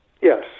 yes